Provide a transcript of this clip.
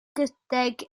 gydag